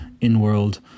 in-world